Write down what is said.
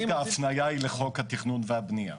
הפניה היא לחוק התכנון והבנייה.